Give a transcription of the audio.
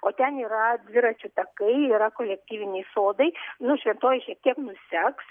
o ten yra dviračių takai yra kolektyviniai sodai nu šventojoj šiek tiek nuseks